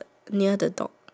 ya